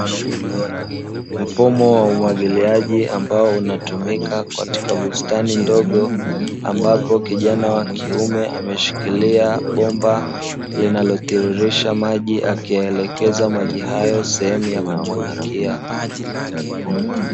Mfumo wa umwagiliaji ambao unatumika katika bustani ndogo, ambapo kijana mdogo ameshika bomba linalotririsha maji sehemu ya kumwagikia.